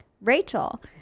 Rachel